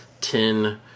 ten